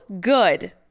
good